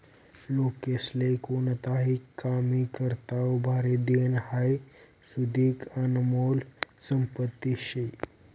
लोकेस्ले कोणताही कामी करता उभारी देनं हाई सुदीक आनमोल संपत्ती शे